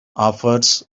offers